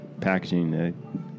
packaging